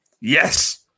yes